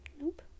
nope